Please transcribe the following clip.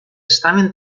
estaven